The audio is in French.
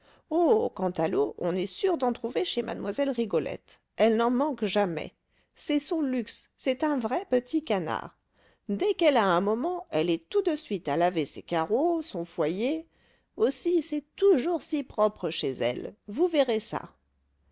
oh quant à l'eau on est sûr d'en trouver chez mlle rigolette elle n'en manque jamais c'est son luxe c'est un vrai petit canard dès qu'elle a un moment elle est tout de suite à laver ses carreaux son foyer aussi c'est toujours si propre chez elle vous verrez ça